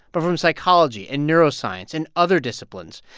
but from psychology and neuroscience and other disciplines,